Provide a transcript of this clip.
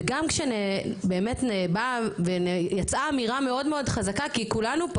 וגם כשבאמת באה ויצא אמירה מאוד מאוד חזקה,